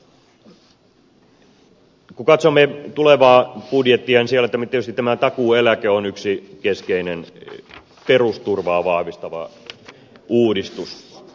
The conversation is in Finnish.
kun katsomme tulevaa budjettia siellä tietysti takuueläke on yksi keskeinen perusturvaa vahvistava uudistus